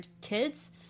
kids